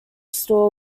store